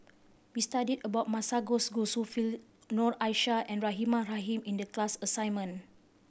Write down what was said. we studied about Masagos Zulkifli Noor Aishah and Rahimah Rahim in the class assignment